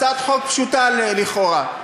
הצעת חוק פשוטה לכאורה.